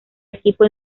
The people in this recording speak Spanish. equipo